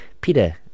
Peter